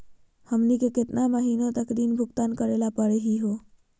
हमनी के केतना महीनों तक ऋण भुगतान करेला परही हो?